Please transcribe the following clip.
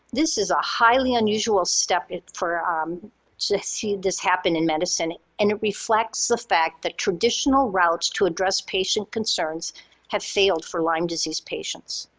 this is a highly unusual step for um to see this happen in medicine. and it reflects the fact that traditional routes to address patient concerns have failed for lyme disease patients.